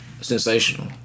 Sensational